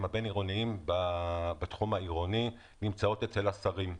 הבין עירוניים בתחום העירוני נמצאות אצל השרים.